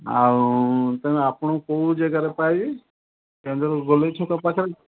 ଆଉ ତେଣୁ ଆପଣଙ୍କୁ କେଉଁ ଯାଗାରେ ପାଇବି କେଉଁଝର ଗୋଲେଇ ଛକ ପାଖରେ